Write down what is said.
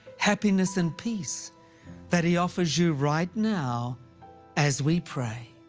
happiness and peace that he offers you right now as we pray.